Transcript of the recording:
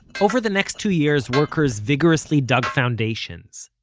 over the next two years workers vigorously dug foundations.